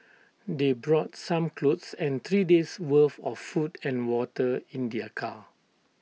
they brought some clothes and three days' worth of food and water in their car